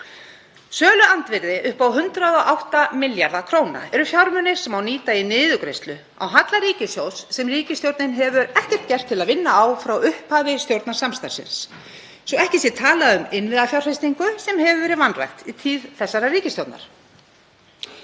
Söluandvirði upp á 108 milljarða kr. eru fjármunir sem má nýta í niðurgreiðslu á halla ríkissjóðs sem ríkisstjórnin hefur ekkert gert til að vinna á frá upphafi stjórnarsamstarfsins, svo ekki sé talað um innviðafjárfestingu sem hefur verið vanrækt í tíð þessarar ríkisstjórnar.